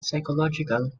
psychological